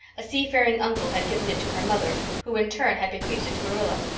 a seafaring uncle had given it to her mother who in turn had bequeathed it to marilla.